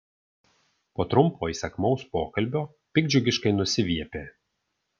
po trumpo įsakmaus pokalbio piktdžiugiškai nusiviepė